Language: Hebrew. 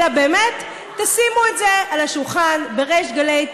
אלא באמת תשימו את זה על השולחן בריש גלי,